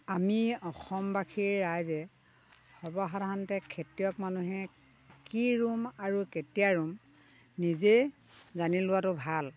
আমি অসমবাসী ৰাইজে সৰ্বসাধাৰণতে খেতিয়ক মানুহে কি ৰুম আৰু কেতিয়া ৰুম নিজে জানি লোৱাটো ভাল